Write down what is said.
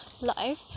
life